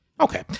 Okay